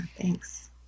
thanks